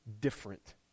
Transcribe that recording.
different